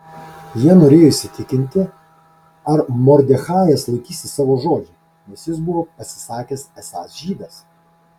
jie norėjo įsitikinti ar mordechajas laikysis savo žodžio nes jis buvo pasisakęs esąs žydas